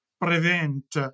prevent